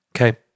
Okay